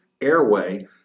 airway